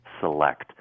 select